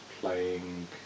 playing